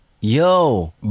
Yo